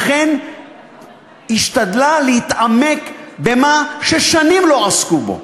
אכן השתדלה להתעמק במה ששנים לא עסקו בו.